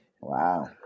Wow